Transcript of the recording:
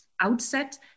outset